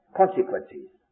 consequences